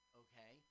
okay